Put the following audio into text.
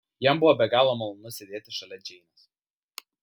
jam buvo be galo malonu sėdėti šalia džeinės